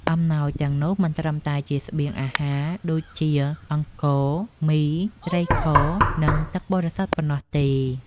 អំណោយទាំងនោះមិនត្រឹមតែជាស្បៀងអាហារដូចជាអង្ករ មី ត្រីខ និងទឹកបរិសុទ្ធប៉ុណ្ណោះទេ។